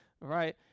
right